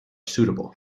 suitable